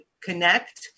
connect